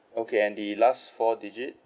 okay and the last four digit